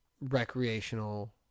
Recreational